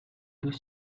deux